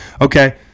Okay